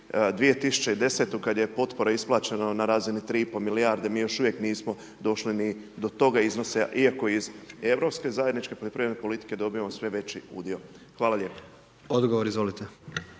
2010. kad je potpora isplaćena na razini 3,5 milijarde, mi još uvijek nismo došli ni do toga iznosa, iako iz europske zajedničke poljoprivredne politike dobivamo sve veći udio. Hvala lijepo. **Jandroković,